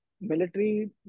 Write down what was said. military